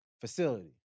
Facility